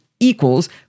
equals